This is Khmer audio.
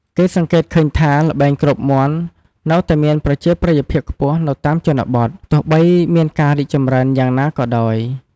គេសង្កេតឃើញថា ល្បែងគ្របមាន់នៅតែមានប្រជាប្រិយភាពខ្ពស់នៅតាមជនបទ ទោះបីមានការរីកចម្រើនយ៉ាងណាក៏ដោយ។